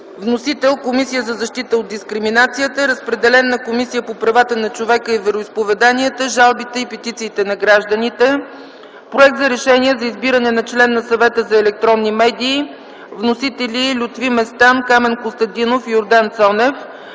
Вносител е Комисията за защита от дискриминация. Разпределен е на Комисията по правата на човека, вероизповеданията, жалбите и петициите на гражданите. Проект за Решение за избиране на член на Съвета за електронни медии. Вносители са Лютви Местан, Камен Костадинов и Йордан Цонев.